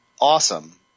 awesome